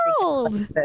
world